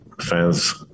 fans